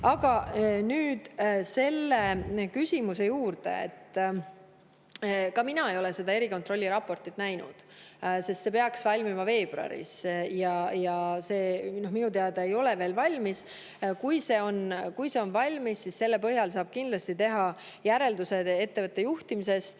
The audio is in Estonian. Aga nüüd küsimuse juurde. Ka mina ei ole seda erikontrolli raportit näinud, see peaks valmima veebruaris ja minu teada ei ole see veel valmis. Kui see on valmis, siis selle põhjal saab kindlasti teha järeldusi ettevõtte juhtimise